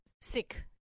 sick